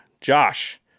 Josh